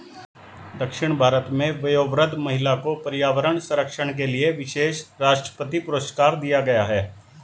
दक्षिण भारत में वयोवृद्ध महिला को पर्यावरण संरक्षण के लिए विशेष राष्ट्रपति पुरस्कार दिया गया है